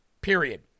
period